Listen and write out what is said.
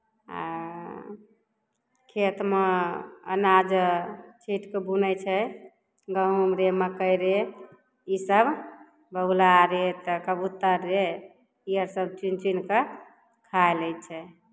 आ खेतमे अनाज छींटि कऽ बुनै छै गहुम रे मक्कइ रे इसभ बगुला रे तऽ कबूतर रे ई अर सभ चुनि चुनि कऽ खाए लैत छै